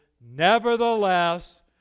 Nevertheless